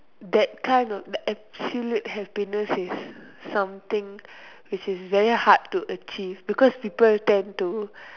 that kind of that absolute happiness is something which is very hard to achieve because people tend to